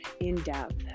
in-depth